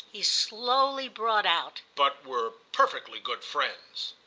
he slowly brought out. but we're perfectly good friends.